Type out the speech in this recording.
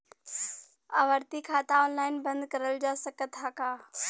आवर्ती खाता ऑनलाइन बन्द करल जा सकत ह का?